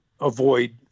avoid